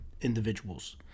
individuals